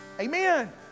Amen